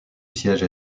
siège